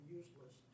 useless